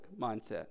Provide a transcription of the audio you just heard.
mindset